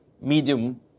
medium